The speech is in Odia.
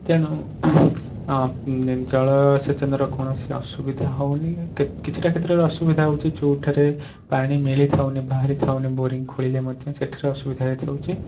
ତେଣୁ ଜଳସେଚନର କୌଣସି ଅସୁବିଧା ହେଉନି କିଛିଟା କ୍ଷେତ୍ରରେ ଅସୁବିଧା ହେଉଛି ଯେଉଁଠାରେ ପାଣି ମିଳିଥାଉନି ବାହାରିଥାଉନି ବୋରିଂ ଖୋଳିଲେ ମଧ୍ୟ ସେଠାରେ ଅସୁବିଧା ହୋଇଥାଉଛି